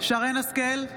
שרן מרים השכל,